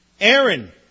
Aaron